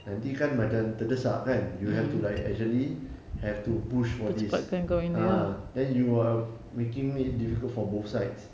nanti kan macam terdesak kan you have to like actually have to push for this ah then you are making it difficult for both sides